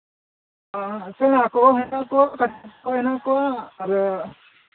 ᱢᱮᱱᱟᱜ ᱠᱚᱣᱟ ᱟᱫᱚ